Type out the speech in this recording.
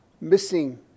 missing